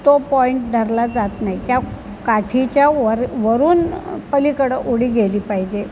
तो पॉईंट धरला जात नाही त्या काठीच्या वर वरून पलीकडं उडी गेली पाहिजे